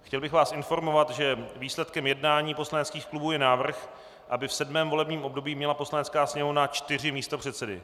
Chtěl bych vás informovat, že výsledkem jednání poslaneckých klubů je návrh, aby v sedmém volebním období měla Poslanecká sněmovna čtyři místopředsedy.